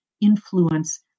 influence